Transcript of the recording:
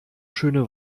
schöne